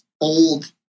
old